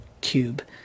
cube